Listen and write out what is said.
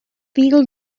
wheel